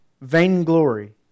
Vainglory